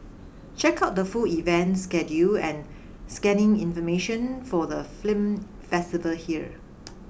check out the full event schedule and scanning information for the film festival here